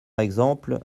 exemple